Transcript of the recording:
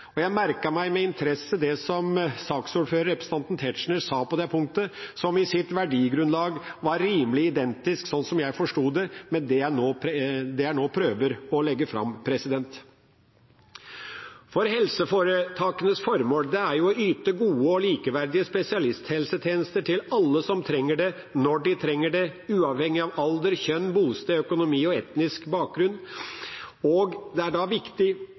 Jeg merket meg med interesse det som saksordføreren, representanten Tetzschner, sa på det punktet, som i sitt verdigrunnlag var rimelig identisk – slik jeg forsto det – med det jeg nå prøver å legge fram. Helseforetakenes formål er å yte gode og likeverdige spesialisthelsetjenester til alle som trenger det, når de trenger det, uavhengig av alder, kjønn, bosted, økonomi og etnisk bakgrunn. Det er da viktig